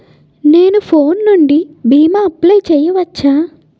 నేను ఫోన్ నుండి భీమా అప్లయ్ చేయవచ్చా?